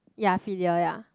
ya filial ya